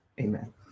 amen